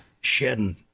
shedding